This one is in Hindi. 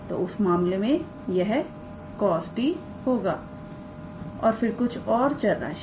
तोउस मामले में यह cos t होगा और फिर कुछ और चरराशि